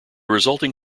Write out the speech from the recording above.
resulting